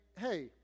hey